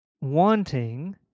wanting